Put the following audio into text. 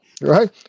right